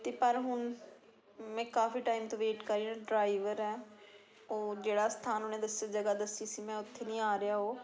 ਅਤੇ ਪਰ ਹੁਣ ਮੈਂ ਕਾਫੀ ਟਾਈਮ ਤੋਂ ਵੇਟ ਕਰ ਰਹੀ ਜਿਹੜਾ ਡਰਾਈਵਰ ਹੈ ਉਹ ਜਿਹੜਾ ਸਥਾਨ ਉਹਨੇ ਦੱਸਿਆ ਜਗ੍ਹਾ ਦੱਸੀ ਸੀ ਮੈਂ ਉੱਥੇ ਨਹੀਂ ਆ ਰਿਹਾ ਉਹ